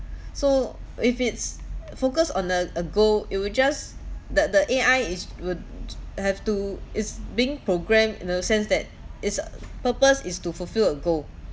so if it's focused on a a goal it would just the the A_I is would have to is being programmed in a sense that its uh purpose is to fulfil a goal